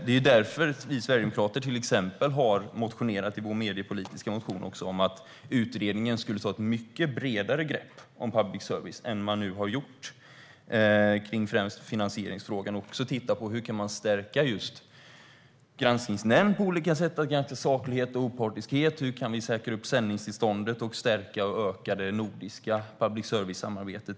Därför föreslog vi sverigedemokrater till exempel i vår mediepolitiska motion att utredningen skulle ta ett mycket bredare grepp om public service än man har gjort. Det gäller främst finansieringsfrågan. Vi tycker också att man ska titta på hur Granskningsnämnden kan stärkas på olika sätt för att kunna granska saklighet och partiskhet. Och hur kan vi säkra sändningstillståndet, och stärka och öka samarbetet för public service i Norden?